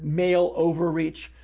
male overreach.